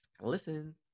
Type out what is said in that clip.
Listen